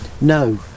No